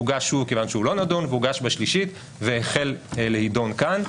הוא הוגש שוב כיוון שהוא לא נדון והוגש בשלישית והחל לידון כאן.